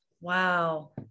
wow